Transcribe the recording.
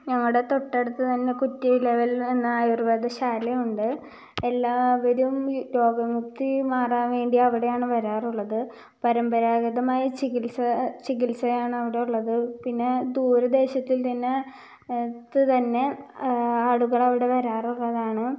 ഞങ്ങളുടെ തൊട്ടടുത്ത് തന്നെ കുത്തി ലെവലെന്ന് പറഞ്ഞ ആയുർവേദ ശാലയുണ്ട് എല്ലാവരും രോഗ മുക്തി മാറാൻ വേണ്ടി അവിടെയാണ് വരാറുള്ളത് പരമ്പരാഗതമായ ചികിത്സ ചികിത്സയാണ് അവിടെ ഉള്ളത് പിന്നെ ദൂര ദേശത്തിൽ നിന്ന് തന്നെ ആളുകൾ അവിടെ വരാറുള്ളതാണ്